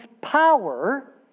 power